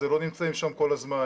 זה לא נמצאים שם כל הזמן.